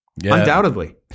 undoubtedly